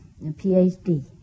PhD